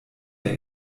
der